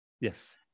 yes